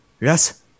Yes